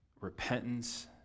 repentance